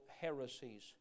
heresies